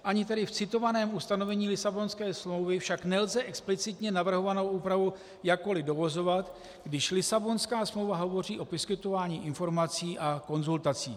Ani tedy v citovaném ustanovení Lisabonské smlouvy však nelze explicitně navrhovanou úpravu jakkoli dovozovat, když Lisabonská smlouva hovoří o poskytování informací a konzultací.